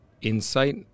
insight